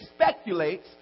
speculates